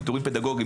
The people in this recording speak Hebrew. פיטורין פדגוגיים,